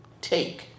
Take